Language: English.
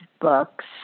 books